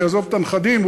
יעזוב את הנכדים?